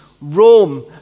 Rome